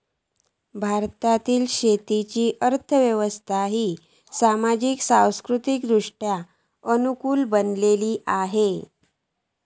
भारतातल्या शेतीची अर्थ व्यवस्था ही सामाजिक, सांस्कृतिकदृष्ट्या अनुकूल बनलेली हा